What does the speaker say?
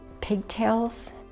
Pigtails